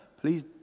please